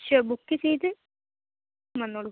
sure book ചെയ്ത് വന്നോളൂ